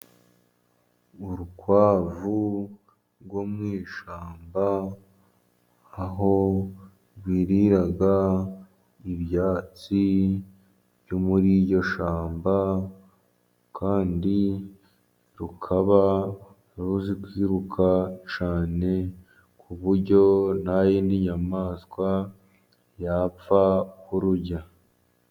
Urukwavu rwo mu ishyamba aho rwirira ibyatsi byo muri iryo shyamba kandi rukaba ruzi kwiruka cyane, ku buryo nta yindi nyamaswa yapfa kururya.